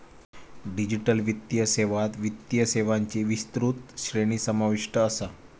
digital वित्तीय सेवात वित्तीय सेवांची विस्तृत श्रेणी समाविष्ट असा